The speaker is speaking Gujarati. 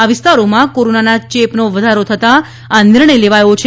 આ વિસ્તારોમાં કોરોના ચેપનો વધારો થતાં આ નિર્ણય લેવાયો છે